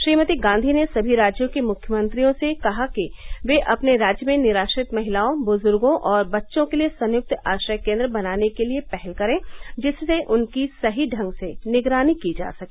श्रीमती गांधी ने सभी राज्यों के मुख्यमंत्रियों से कहा है कि वे अपने राज्य में निराश्रित महिलाओं बुजुर्गो और बच्चों के लिए संयुक्त आश्रय केन्द्र बनाने के लिए पहल करें जिससे उनकी सही ढंग से निगरानी की जा सके